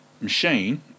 machine